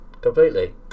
Completely